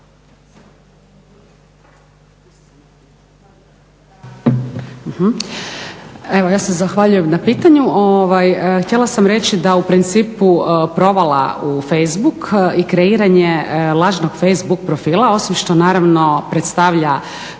Evo ja se zahvaljujem na pitanju. Htjela sam reći da u principu provala u facebook i kreiranje lažnog facebook profila osim što naravno predstavlja